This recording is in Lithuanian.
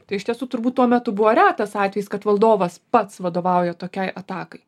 tai iš tiesų turbūt tuo metu buvo retas atvejis kad valdovas pats vadovauja tokiai atakai